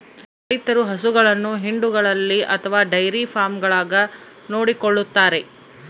ರೈತರು ಹಸುಗಳನ್ನು ಹಿಂಡುಗಳಲ್ಲಿ ಅಥವಾ ಡೈರಿ ಫಾರ್ಮ್ಗಳಾಗ ನೋಡಿಕೊಳ್ಳುತ್ತಾರೆ